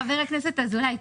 חבר הכנסת אזולאי,